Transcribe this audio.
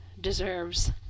deserves